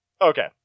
Okay